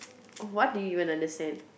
oh what do you even understand